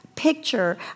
picture